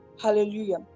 Hallelujah